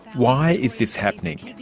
why is this happening?